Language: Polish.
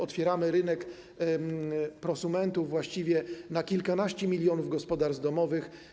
Otwieramy rynek prosumentów właściwie na kilkanaście milionów gospodarstw domowych.